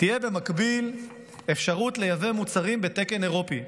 תהיה במקביל אפשרות לייבא מוצרים בתקן אירופי.